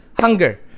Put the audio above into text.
hunger